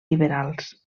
liberals